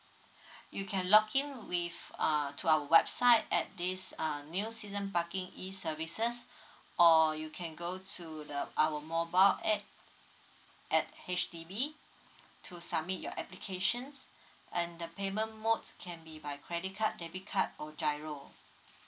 you can log in with err to our website at this uh new season parking e services or you can go to the our mobile add at H_D_B to submit your applications and the payment mode can be by credit card debit card or giro